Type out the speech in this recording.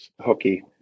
hooky